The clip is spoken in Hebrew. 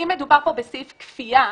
אם מדובר פה בסעיף כפייה,